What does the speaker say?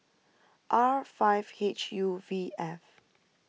R five H U V F